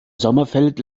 sommerfeld